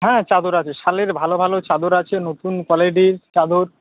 হ্যাঁ চাদর আছে শালের ভালো ভালো চাদর আছে নতুন কোয়ালিটির চাদর